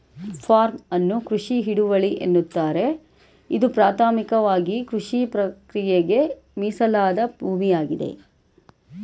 form ಅನ್ನು ಕೃಷಿ ಹಿಡುವಳಿ ಎನ್ನುತ್ತಾರೆ ಇದು ಪ್ರಾಥಮಿಕವಾಗಿಕೃಷಿಪ್ರಕ್ರಿಯೆಗೆ ಮೀಸಲಾದ ಭೂಮಿಯಾಗಿದೆ